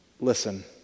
Listen